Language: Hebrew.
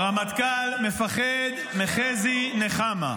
הרמטכ"ל מפחד מחזי נחמה.